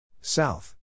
South